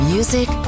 Music